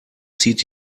zieht